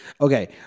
Okay